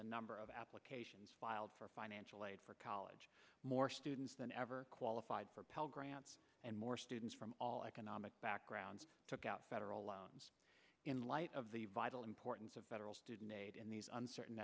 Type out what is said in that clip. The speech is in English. the number of applications filed for financial aid for college more students than ever qualified for pell grants and more students from all economic backgrounds took out federal loans in light of the vital importance of federal student aid in these uncertain